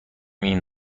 این